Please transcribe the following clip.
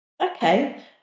Okay